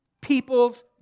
people's